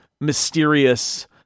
mysterious